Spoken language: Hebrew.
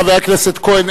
חבר הכנסת כהן,